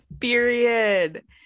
period